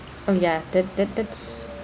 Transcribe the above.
oh yeah that that that's